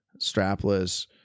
strapless